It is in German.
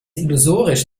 illusorisch